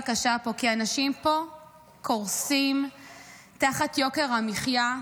קורסים תחת יוקר המחיה,